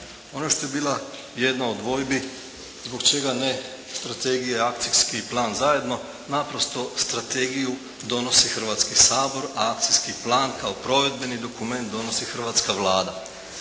Ono što je bila jedna od dvojbi zbog čega ne strategija i akcijski plan zajedno, naprosto strategiju donosi Hrvatski sabor, a akcijski plan kao provedbeni dokument donosi hrvatska Vlada.